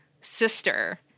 sister